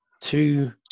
Two